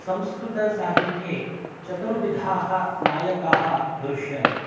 संस्कृतसाहित्ये चतुर्विधाः नायकाः दृश्यन्ते